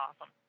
awesome